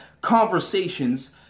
conversations